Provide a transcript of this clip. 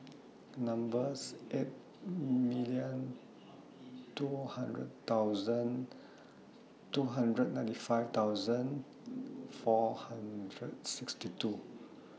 number's eight million two hundred thousand two hundred ninety five thousand four hundred sixty two